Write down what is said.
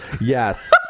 yes